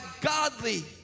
godly